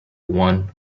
one